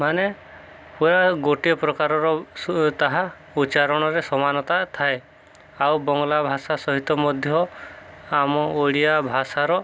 ମାନେ ପୁରା ଗୋଟିଏ ପ୍ରକାରର ତାହା ଉଚ୍ଚାରଣରେ ସମାନତା ଥାଏ ଆଉ ବଙ୍ଗଳା ଭାଷା ସହିତ ମଧ୍ୟ ଆମ ଓଡ଼ିଆ ଭାଷାର